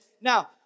Now